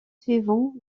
suivant